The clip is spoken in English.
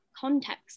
context